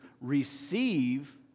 receive